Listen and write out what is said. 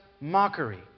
mockery